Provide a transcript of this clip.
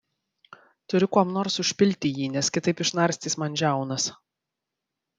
turiu kuom nors užpilti jį nes kitaip išnarstys man žiaunas